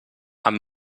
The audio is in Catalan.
amb